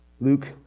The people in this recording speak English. Luke